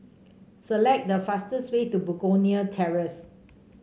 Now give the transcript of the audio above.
select the fastest way to Begonia Terrace